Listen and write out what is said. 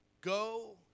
go